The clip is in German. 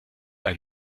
ein